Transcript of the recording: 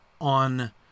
on